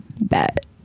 Bet